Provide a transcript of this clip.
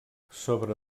sobre